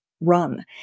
run